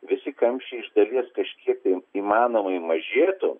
visi kamščiai iš dalies kažkiek tai įmanomai mažėtų